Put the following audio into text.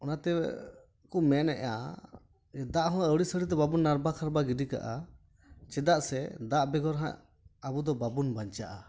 ᱚᱱᱟ ᱛᱮᱠᱚ ᱢᱮᱱᱮᱜᱼᱟ ᱫᱟᱜ ᱦᱚᱸ ᱟᱹᱣᱲᱤ ᱥᱟᱹᱣᱲᱤ ᱫᱚ ᱵᱟᱵᱚᱱ ᱱᱟᱨᱵᱟ ᱠᱷᱟᱨᱵᱟ ᱜᱤᱰᱤ ᱠᱟᱜᱼᱟ ᱪᱮᱫᱟᱜ ᱥᱮ ᱫᱟᱜ ᱵᱮᱜᱚᱨ ᱦᱟᱸᱜ ᱟᱵᱚᱫᱚ ᱵᱟᱵᱚᱱ ᱵᱟᱧᱪᱟᱜᱼᱟ